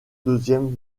deuxièmes